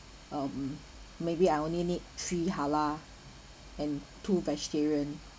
um maybe I only need three halal and two vegetarian